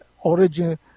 origin